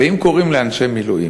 ואם קוראים לאנשי מילואים,